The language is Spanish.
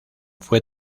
fue